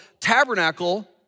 tabernacle